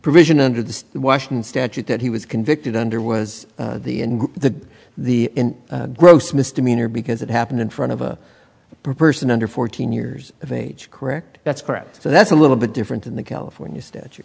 provision under the washington statute that he was convicted under was the in the the gross misdemeanor because it happened in front of a person under fourteen years of age correct that's correct so that's a little bit different in the california statu